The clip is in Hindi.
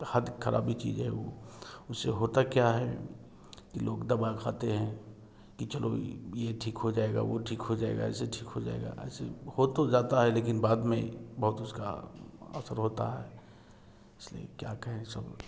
खराबी चीज़ है वो उससे होता क्या है कि लोग दवा खाते हैं कि चलो ये ठीक हो जाएगा वो ठीक हो जाएगा ऐसे ठीक हो जाएगा ऐसे हो तो जाता है लेकिन बाद में बहुत उसका असर होता है इसलिए क्या कहें सब